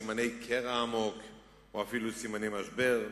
סימני קרע עמוק או אפילו סימני משבר,